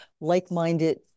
like-minded